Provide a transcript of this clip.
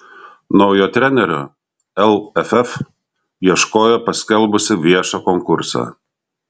naujo trenerio lff ieškojo paskelbusi viešą konkursą